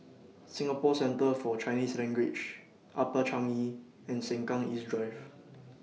Singapore Centre For Chinese Language Upper Changi and Sengkang East Drive